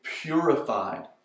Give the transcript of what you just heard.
purified